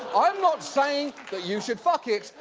i'm not saying that you should fuck it,